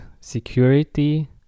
security